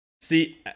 See